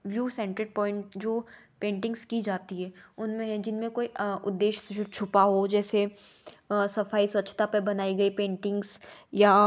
blue सेन्टेड point जो paintings कि जाती है उनमें जिनमें कोई उदेश्य जो छुपा हो जैसे सफाई स्वच्छता पे बनाई गई पेंटिंग्स या